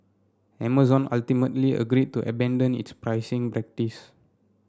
Amazon ultimately agreed to abandon its pricing practice